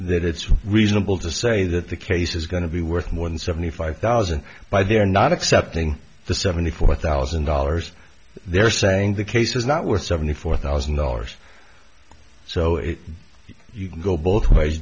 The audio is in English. that it's reasonable to say that the case is going to be worth more than seventy five thousand by they're not accepting the seventy four thousand dollars they're saying the case is not worth seventy four thousand dollars so if you go both ways